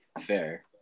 Fair